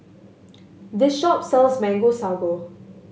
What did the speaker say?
this shop sells Mango Sago